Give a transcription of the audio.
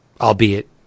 albeit